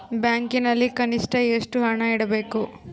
ಬ್ಯಾಂಕಿನಲ್ಲಿ ಕನಿಷ್ಟ ಎಷ್ಟು ಹಣ ಇಡಬೇಕು?